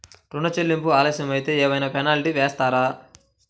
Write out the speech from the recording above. ఋణ చెల్లింపులు ఆలస్యం అయితే ఏమైన పెనాల్టీ వేస్తారా?